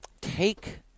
Take